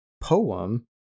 poem